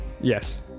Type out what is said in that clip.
Yes